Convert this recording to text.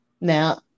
Now